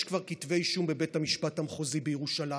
ויש כבר כתבי אישום בבית המשפט המחוזי בירושלים,